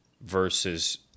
versus